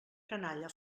canalla